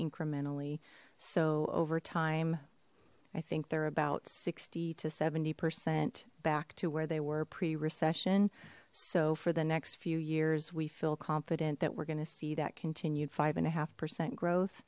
incrementally so over time i think they're about sixty to seventy percent back to where they were a pre recession so for the next few years we feel confident that we're going to see that continued five and a half percent growth